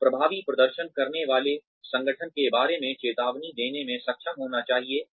प्रभावी प्रदर्शन करने वाले संगठन के बारे में चेतावनी देने में सक्षम होना चाहिए